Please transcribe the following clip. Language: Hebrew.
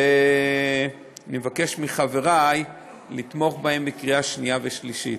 ואני מבקש מחברי לתמוך בה בקריאה שנייה ושלישית.